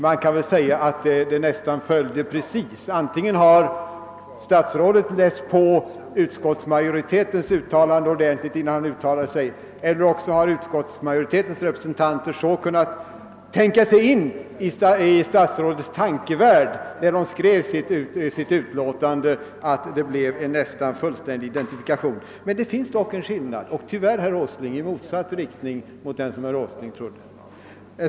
Man kan väl säga att överensstämmelsen nästan är fullständig. Antingen har statsrådet läst på utskottsmajoritetens uttalande ordentligt innan han uttalade sig, eller också har utskottsmajoritetens representanter så kunnat tänka sig in i statsrådets tankevärld när utlåtandet skrevs att det blev en nästan fullständig identifikation. Men det finns dock en skillnad och tyvärr, herr Åsling, i motsatt riktning än vad herr Åsling tror.